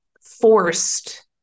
forced